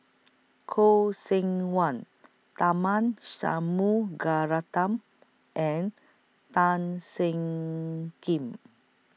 Khoo Seok Wan Tharman Shanmugaratnam and Tan Seng Kim